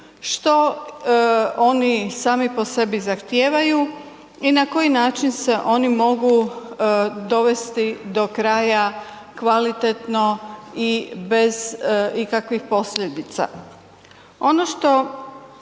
što oni sami po sebi zahtijevaju i na koji način se oni mogu dovesti do kraja kvalitetno i bez ikakvih posljedica. Ono što